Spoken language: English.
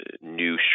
new